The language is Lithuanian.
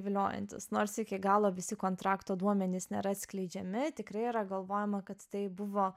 viliojantis nors iki galo visi kontrakto duomenys nėra atskleidžiami tikrai yra galvojama kad tai buvo